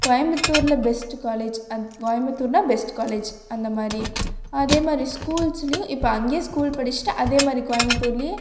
கோயமுத்தூரில் best college அது கோயமுத்தூர்னால் பெஸ்ட்டு காலேஜ் அந்த மாதிரி அதே மாதிரி ஸ்கூல்ஸ்லேயும் இப்போ அங்கேயே ஸ்கூல் படிச்சிட்டு அதே மாதிரி கோயமுத்தூர்லேயே